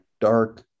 dark